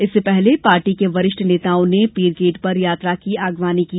इससे पहले पार्टी के वरिष्ठ नेताओं ने पीरगेट पर यात्रा की आगवानी की